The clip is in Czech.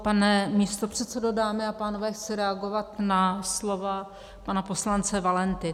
Pane místopředsedo, dámy a pánové, chci reagovat na slova pana poslance Valenty.